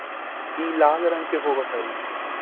ई लाल रंग के होब हई